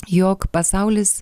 jog pasaulis